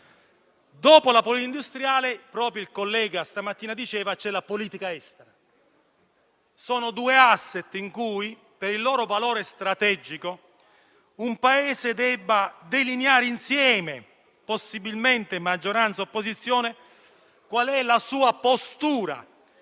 Dopo la politica industriale - lo diceva proprio il collega stamattina - c'è la politica estera; sono due *asset* in cui, per il loro valore strategico, un Paese deve delineare, possibilmente maggioranza e opposizione insieme, la sua postura.